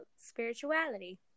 spirituality